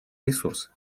ресурсы